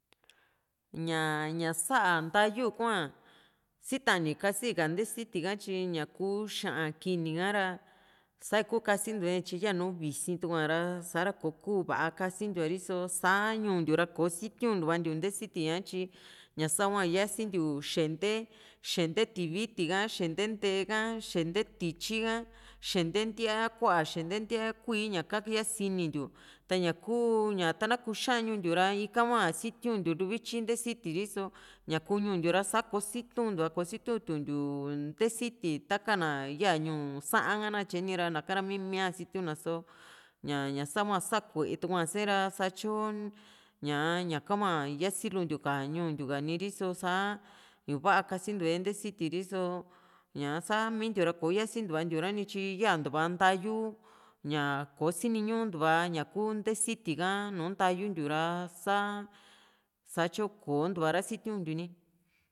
ña ña saá natayu kua sitani kasi ka ntesiti ha tyi ñaku xa´an kini a´ra sai´ku kasintua tyi yanu visitua´ra sa´ra kò´o kuu va´a kasintiua riso sa ñuu ntiu ra kò´o sitiundua ntee siti ha tyi ña sa hua yasintiu xente xente tiviti ka xente nte´e ka xente tityi ka xente ntía ku´a xente ntía kuíí ñaka yasinintiu ta ña kuu na kuxañu ntiu ra ika hua sitiuntiu luvityi nte siti ri´so ña kuu ñuu ntiu ra sa kositiuntiu´a kositiutundiu nte siti ta kaa na yaa ñuu saa´n ha nakatye ni ra naka ra mi´mia sitiuna so ña ña sa´hua sa ku´e tua´se ta satyo ñaa ñaka hua yasilu ntiu ka ñuu ntiu ni ri´so sa i´va kasintua e nte siti ri´so ña sa´mintiu ra kò´o yasintua ntiura ni tyi yantua ntayu ña kosini ñuntuva ñaku nte siti ka nùù ntayuntiu ra sa satyo ko´ntua ra sitiuntiu ni